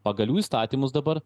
pagal jų įstatymus dabar